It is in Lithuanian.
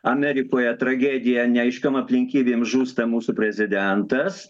amerikoje tragedija neaiškiom aplinkybėm žūsta mūsų prezidentas